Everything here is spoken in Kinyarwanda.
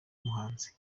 muhanzi